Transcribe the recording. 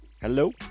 Hello